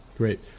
Great